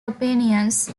opinions